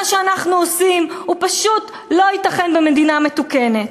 שאנחנו עושים הוא פשוט לא ייתכן במדינה מתוקנת.